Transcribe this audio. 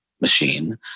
machine